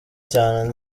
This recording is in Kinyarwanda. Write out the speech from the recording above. cyane